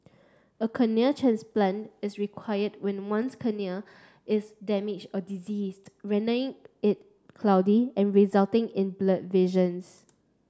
a corneal transplant is required when one's cornea is damaged or diseased it cloudy and resulting in blurred visions